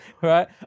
right